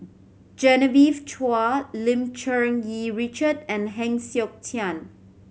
Genevieve Chua Lim Cherng Yih Richard and Heng Siok Tian